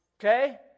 Okay